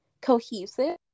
cohesive